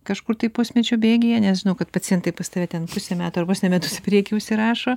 kažkur tai pusmečio bėgyje nes žinau kad pacientai pas tave ten pusę metų ar vos ne metus į priekį užsirašo